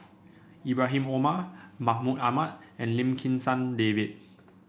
Ibrahim Omar Mahmud Ahmad and Lim Kim San David